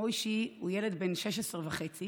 מוישי הוא ילד בן 16 וחצי